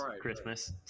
Christmas